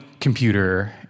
computer